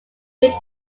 which